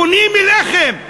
פונים אליכם,